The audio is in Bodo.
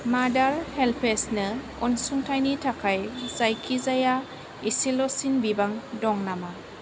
मादार हेल्पेजनो अनसुंथाइनि थाखाय जायखिजाया इसेल'सिन बिबां दं नामा